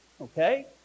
Okay